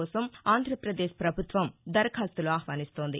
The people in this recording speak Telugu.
కోసం ఆంధ్రధ్రపదేశ్ పభుత్వం దరఖాస్తులు ఆహ్వానిస్తోంది